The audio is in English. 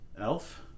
Elf